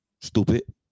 Stupid